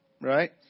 right